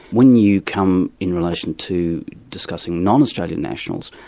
when you come in relation to discussing non-australian nationals,